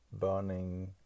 burning